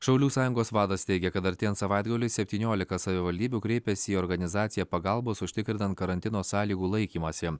šaulių sąjungos vadas teigia kad artėjant savaitgaliui septyniolika savivaldybių kreipėsi į organizaciją pagalbos užtikrinant karantino sąlygų laikymąsi